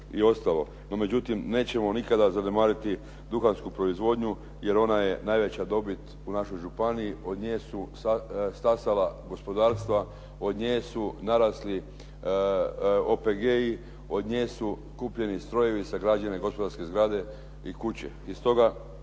i ostalo. No međutim, nećemo nikada zanemariti duhansku proizvodnju, jer ona je najveća dobit u našoj županiji. Od nje su stasala gospodarstva, od nje su narasli OPG-i, od nje su kupljeni strojevi, sagrađene gospodarske zgrade i kuće. I stoga